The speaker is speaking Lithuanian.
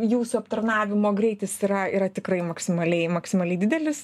jūsų aptarnavimo greitis yra yra tikrai maksimaliai maksimaliai didelis